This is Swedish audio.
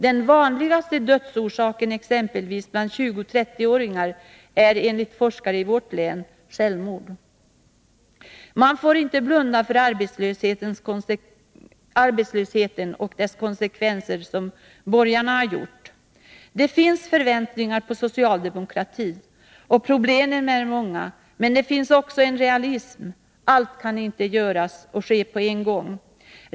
Den vanligaste dödsorsaken, exempelvis bland 20-30 åringar, är enligt forskare i vårt län självmord. Man får inte blunda för arbetslösheten och dess konsekvenser, såsom borgarna har gjort. Det finnas förväntningar på socialdemokratin, och problemen är många. Men det finns också en realism — allt kan inte ske på en gång.